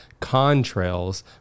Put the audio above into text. contrails